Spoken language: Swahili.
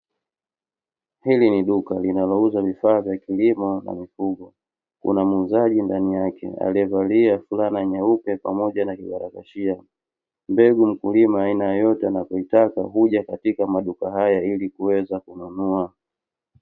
Hili ni duka linalouza vifaa vya kilimo na mifugo, kuna muuzaji ndani yake aliyevalia fulana nyeupe pamoja na kibagalashia, mbegu mkulima aina yoyote anayoitaka huja katika maduka haya ili kuweza kununua.